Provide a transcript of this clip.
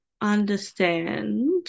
understand